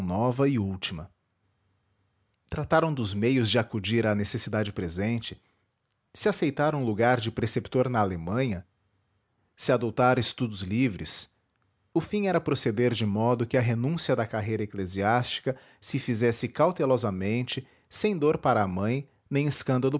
nova e última trataram dos meios de acudir à necessidade presente se aceitar um lugar de preceptor na alemanha se adotar estudos livresco fim era proceder de modo que a renúncia da carreira eclesiástica se fizesse cautelosamente sem dor para a mãe nem escândalo